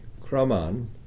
Kraman